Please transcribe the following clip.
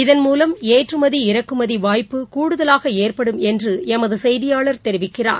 இதன்மூலம் ஏற்றுமதி இறக்குமதி வாய்ப்பு கூடுதலாக ஏற்படும் என்று எமது செய்தியாளர் தெரிவிக்கிறார்